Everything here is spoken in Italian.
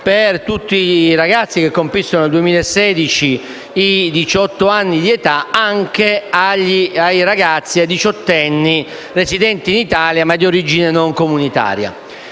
per tutti i ragazzi che compissero nel 2016 i diciotto anni di età, anche ai ragazzi diciottenni, residenti in Italia, ma di origine non comunitaria.